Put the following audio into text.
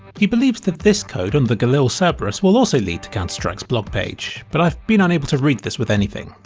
he believes that this code on the galil so cerberus will also lead to counter-strike's blog page, but i've been unable to read this with anything.